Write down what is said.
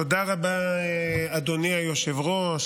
תודה רבה, אדוני היושב-ראש.